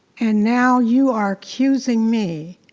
and now you are accusing me,